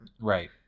Right